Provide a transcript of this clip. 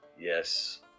yes